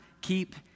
keep